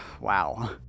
wow